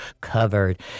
covered